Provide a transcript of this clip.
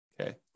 okay